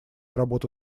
работу